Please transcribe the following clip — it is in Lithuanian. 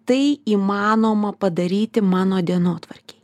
tai įmanoma padaryti mano dienotvarkėj